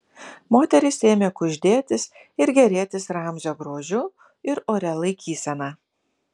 moterys ėmė kuždėtis ir gėrėtis ramzio grožiu ir oria laikysena